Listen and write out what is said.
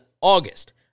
August